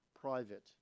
private